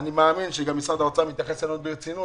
אני מאמין שגם משרד האוצר מתייחס אלינו ברצינות